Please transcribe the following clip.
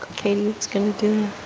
okay, that's gonna do